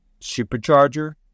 supercharger